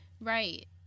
Right